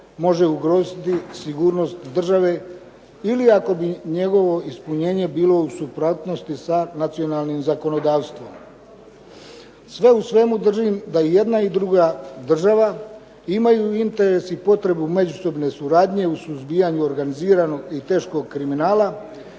može ugroziti sigurnost države ili ako bi njegovo ispunjenje bilo u suprotnosti sa nacionalnim zakonodavstvom. Sve u svemu držim da i jedna i druga država imaju interes i potrebu međusobne suradnje u suzbijanju organiziranog i teškog kriminala,